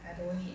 I don't need